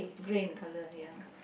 grey in colour ya